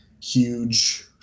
huge